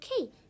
Okay